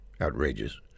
outrageous